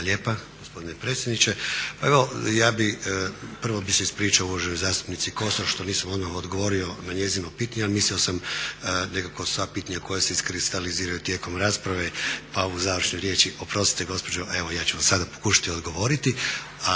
lijepa gospodine predsjedniče. Pa evo ja bih prvo bih se ispričao uvaženoj zastupnici Kosor što nisam odmah odgovorio na njezino pitanje, ali mislio sam nekako sva pitanja koja se iskristaliziraju tijekom rasprave, pa u završnoj riječi. Oprostite gospođo, evo ja ću vam sada pokušati odgovoriti.